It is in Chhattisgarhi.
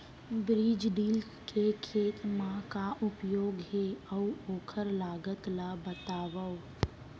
बीज ड्रिल के खेत मा का उपयोग हे, अऊ ओखर लागत ला बतावव?